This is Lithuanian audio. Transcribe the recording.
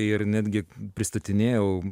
ir netgi pristatinėjau